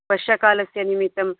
वर्षाकालस्य निमित्तं